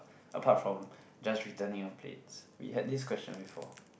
apart from just returning our plates we had this question before